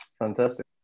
Fantastic